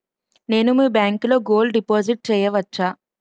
నేను మీ బ్యాంకులో గోల్డ్ డిపాజిట్ చేయవచ్చా?